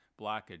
blockage